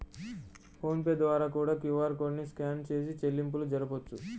phone pay ద్వారా కూడా QR code ని స్కాన్ చేసి చెల్లింపులు జరపొచ్చు